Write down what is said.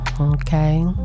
okay